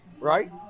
right